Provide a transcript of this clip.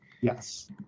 Yes